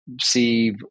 see